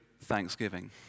thanksgiving